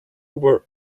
were